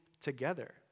together